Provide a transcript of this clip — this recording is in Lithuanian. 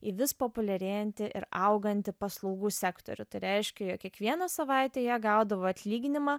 į vis populiarėjantį ir augantį paslaugų sektorių tai reiškia jog kiekvieną savaitę jie gaudavo atlyginimą